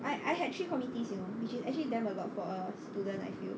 I I had three committees you know which is actually damn a lot for a student I feel